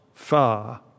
far